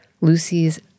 Lucy's